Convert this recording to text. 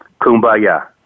kumbaya